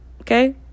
Okay